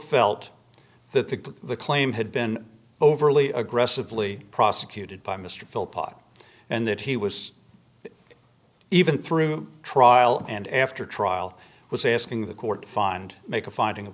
felt that the the claim had been overly aggressively prosecuted by mr phil pot and that he was even through a trial and after trial was asking the court to find make a finding